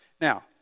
Now